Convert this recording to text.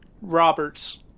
Roberts